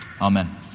Amen